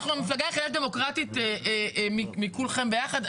אנחנו המפלגה הכי דמוקרטית מכולכם ביחד,